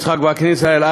יצחק וקנין,